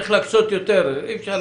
צריך להקצות יותר.